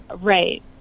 Right